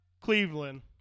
Cleveland